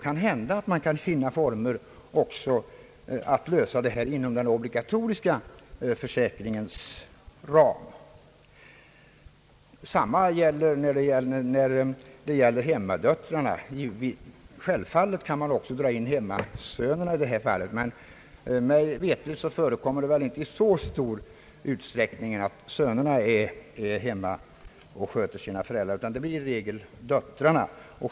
Kanhända man kan finna former också för en lösning inom den obligatoriska försäkringens ram. Samma gäller hemmadöttrarna. Självfallet kan man också dra in hemmasönerna i detta fall. Mig veterligt förekommer det dock inte i så stor utsträckning att sönerna är hemma och sköter sina föräldrar, utan det blir i regel döttrarna.